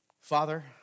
Father